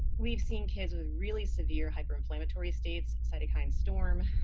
we've seen kids with really severe hyperinflammatory states, cytokine storm.